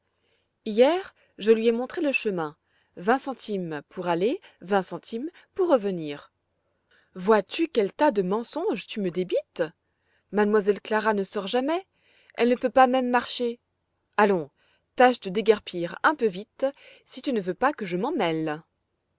hier je lui ai montré le chemin vingt centimes pour aller vingt centimes pour revenir vois-tu quel tas de mensonges tu me débites m elle clara ne sort jamais elle ne peut pas même marcher allons tâche de déguerpir un peu vite si tu ne veux pas que je m'en mêle